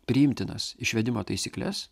priimtinas išvedimo taisykles